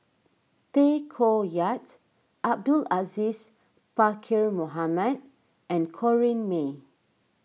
Tay Koh Yat Abdul Aziz Pakkeer Mohamed and Corrinne May